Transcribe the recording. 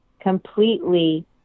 completely